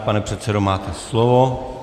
Pane předsedo, máte slovo.